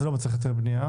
זה לא מצריך יותר בנייה.